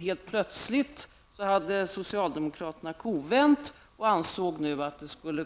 Helt plötsligt hade socialdemokraterna kovänt och ansåg nu att det skulle